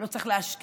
ולא צריך להשקיע,